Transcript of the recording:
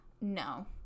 no